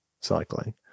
cycling